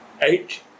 Eight